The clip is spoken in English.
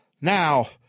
Now